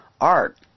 art